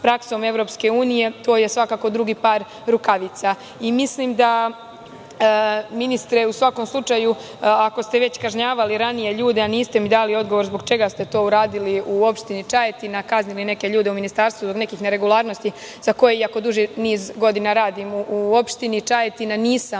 praksom EU, to je svakako drugi par rukavica. Mislim da, ministre, ako ste već ranije kažnjavali ljude, a niste mi dali odgovor zbog čega ste to uradili u opštini Čajetina, kaznili neke ljude u ministarstvu zbog nekih neregularnosti, za koje iako duži niz godina radim u opštini Čajetina nisam